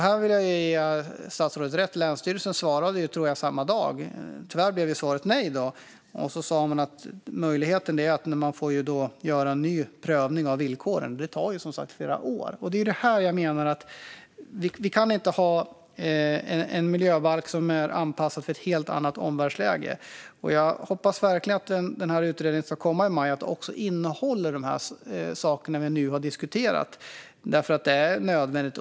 Här vill jag ge statsrådet rätt: Länsstyrelsen svarade samma dag, tror jag. Tyvärr blev svaret nej. Sedan sa man att möjligheten är att man får göra en ny prövning av villkoren. Det tar som sagt flera år. Jag menar att vi inte kan ha en miljöbalk som är anpassad för ett helt annat omvärldsläge. Jag hoppas verkligen att utredningen som ska komma i maj också innehåller de saker som vi nu har diskuterat. Det är nödvändigt.